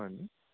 হয়